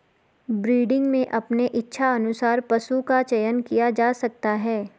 breeding में अपने इच्छा अनुसार पशु का चयन किया जा सकता है